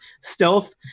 stealth